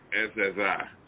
SSI